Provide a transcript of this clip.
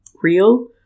real